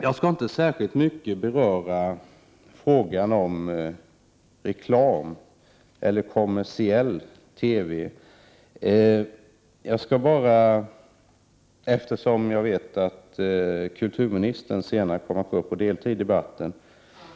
Jag skall inte särskilt mycket beröra frågan om reklam eller kommersiell TV, eftersom jag vet att kulturministern senare kommer att delta i debatten.